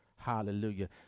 Hallelujah